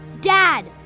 Dad